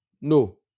No